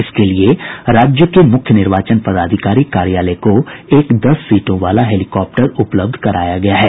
इसके लिए राज्य के मुख्य निर्वाचन पदाधिकारी कार्यालय को एक दस सीटों वाला हेलीकॉप्टर उपलब्ध कराया गया है